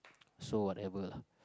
so whatever lah